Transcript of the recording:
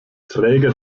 träger